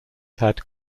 had